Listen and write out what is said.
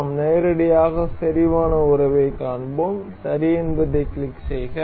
நாம் நேரடியாக செறிவான உறவைக் காண்போம் சரி என்பதைக் கிளிக் செய்க